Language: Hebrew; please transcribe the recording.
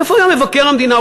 איפה היה מבקר המדינה?